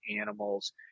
animals